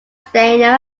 steiner